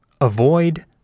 avoid